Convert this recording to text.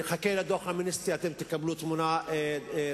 נחכה לדוח "אמנסטי", אתם תקבלו תמונה דומה.